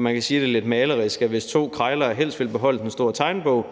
Man kan sige det lidt malerisk: Hvis to krejlere helst vil beholde den store tegnebog,